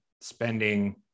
spending